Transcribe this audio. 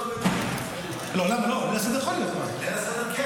--- ליל הסדר יכול לצאת בשבת.